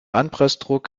anpressdruck